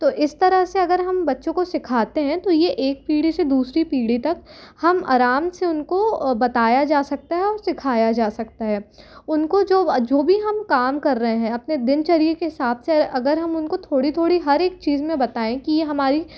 तो इस तरह से अगर हम बच्चों को सीखते हैं तो ये एक पीढ़ी से दूसरी पीढ़ी तक हम आराम से उनको बताया जा सकता है और सिखाया जा सकता है उनको जो जो भी हम काम कर रहे हैं अपने दिनचर्या के हिसाब से अगर हम उनको थोड़ी थोड़ी हर एक चीज में बताए कि ये हमारी